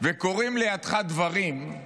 וקורים לידך דברים,